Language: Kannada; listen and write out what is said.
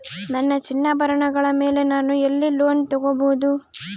ನನ್ನ ಚಿನ್ನಾಭರಣಗಳ ಮೇಲೆ ನಾನು ಎಲ್ಲಿ ಲೋನ್ ತೊಗೊಬಹುದು?